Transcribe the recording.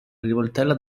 rivoltella